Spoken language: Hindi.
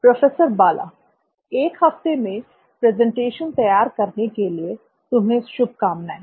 प्रोफेसर बाला 1 हफ्ते में प्रेजेंटेशन तैयार करने के लिए तुम्हें शुभकामनाएं